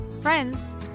friends